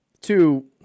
Two